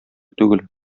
түгел